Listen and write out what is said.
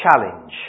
challenge